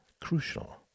crucial